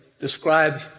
describe